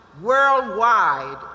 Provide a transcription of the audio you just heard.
worldwide